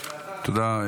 תודה.